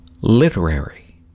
literary